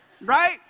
right